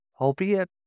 albeit